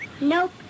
Nope